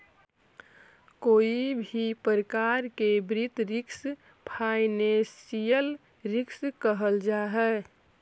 कोई भी प्रकार के वित्तीय रिस्क फाइनेंशियल रिस्क कहल जा हई